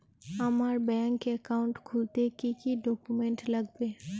আমার bank account খুলতে কি কি ডকুমেন্ট লাগবে?